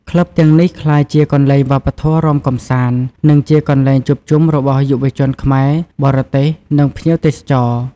ក្លឹបទាំងនេះក្លាយជាកន្លែងវប្បធម៌រាំកម្សាន្ត និងជាកន្លែងជួបជុំរបស់យុវជនខ្មែរ បរទេស និងភ្ញៀវទេសចរ។